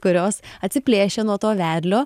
kurios atsiplėšė nuo to vedlio